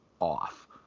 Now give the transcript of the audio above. off